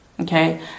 okay